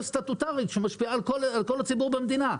סטטוטורית שמשפיעה על כל הציבור במדינה.